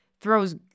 throws